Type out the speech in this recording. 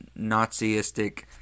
Naziistic